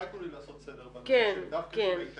אולי תתנו לי לעשות סדר דווקא בנושא של איתנים.